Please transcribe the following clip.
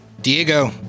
Diego